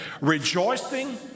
Rejoicing